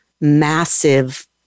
massive